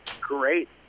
great